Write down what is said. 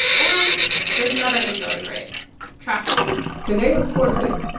and there's another thing going great traffic court today was court day.